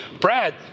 Brad